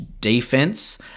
defense